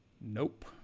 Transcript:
Nope